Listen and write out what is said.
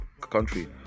country